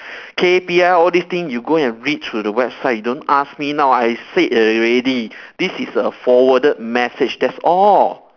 K_P_I all these things you go and read through the website don't ask me now I said already this is a forwarded message that's all